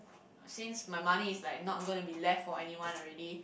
since my money is like not gonna be left for anyone already